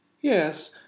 Yes